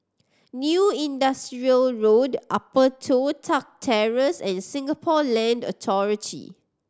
New Industrial Road Upper Toh Tuck Terrace and Singapore Land Authority